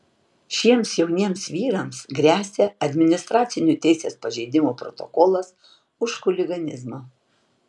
šiems jauniems vyrams gresia administracinių teisės pažeidimų protokolas už chuliganizmą